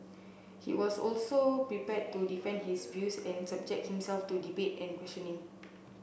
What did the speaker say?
he was also prepared to defend his views and subject himself to debate and questioning